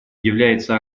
является